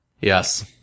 Yes